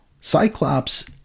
Cyclops